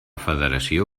federació